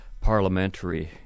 parliamentary